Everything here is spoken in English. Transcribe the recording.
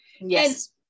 Yes